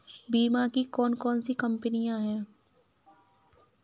बीमा की कौन कौन सी कंपनियाँ हैं?